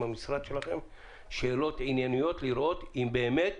המשרד שלכם היו שאלות ענייניות לראות אם באמת